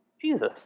Jesus